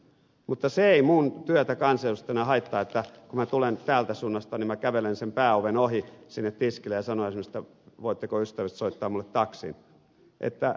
mutta se ei minun työtäni kansanedustajana haittaa kun minä tulen täältä suunnasta ja minä kävelen sen pääoven ohi sinne tiskille ja sanon esimerkiksi että voitteko ystävällisesti soittaa minulle taksin